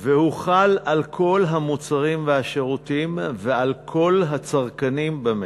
והוא חל על כל המוצרים והשירותים ועל כל הצרכנים במשק.